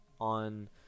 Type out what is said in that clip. on